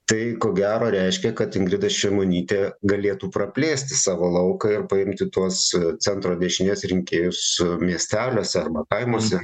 tai ko gero reiškia kad ingrida šimonytė galėtų praplėsti savo lauką ir paimti tuos centro dešinės rinkėjus miesteliuose arba kaimuose